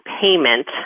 payment